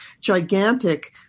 gigantic